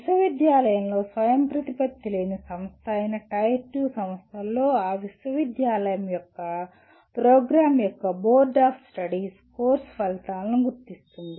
విశ్వవిద్యాలయంలో స్వయంప్రతిపత్తి లేని సంస్థ అయిన టైర్ 2 సంస్థలలో ఆ విశ్వవిద్యాలయం యొక్క ప్రోగ్రామ్ యొక్క బోర్డ్ ఆఫ్ స్టడీస్ కోర్సు ఫలితాలను గుర్తిస్తుంది